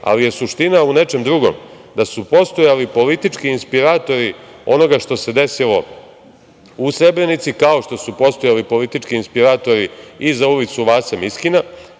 ali je suština u nečem drugom. Da su postojali politički inspiratori onoga što se desilo u Srebrenici, kao što su postojali politički inspiratori i za ulicu Vase Miskina,